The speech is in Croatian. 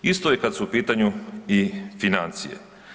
Isto je kad su u pitanju i financije.